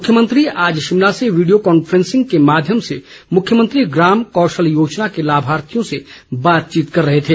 मुख्यमंत्री आज शिमला से वीडियो कॉन्फ्रेंसिंग के माध्यम से मुख्यमंत्री ग्राम कौशल योजना के लामार्थियों से बातचीत कर रहे थे